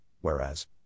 whereas